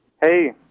hey